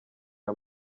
aya